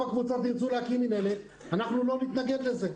הקבוצות ירצו להקים מינהלת אנחנו לא נתנגד לזה.